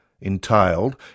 entailed